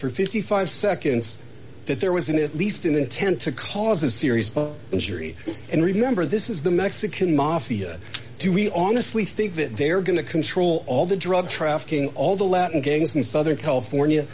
for fifty five seconds that there was an at least an intent to cause a serious injury and remember this is the mexican mafia do we honestly think that they are going to control all the drug trafficking all the latin gangs in southern california